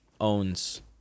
owns